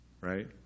right